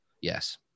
Yes